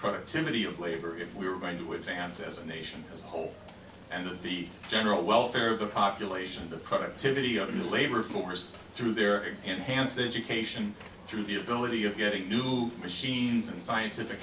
productivity of labor if we were going to advance as a nation as a whole and that the general welfare of the population the productivity of the labor force through their enhanced education through the ability of getting new machines and scientific